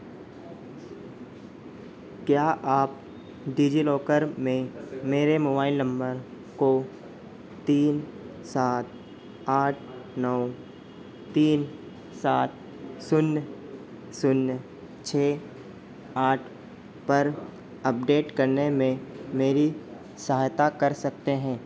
क्या आप डिजिलॉकर में मेरे मोबाइल नंबर को तीन सात आठ नौ तीन सात शून्य शून्य छः आठ पर अपडेट करने में मेरी सहायता कर सकते हैं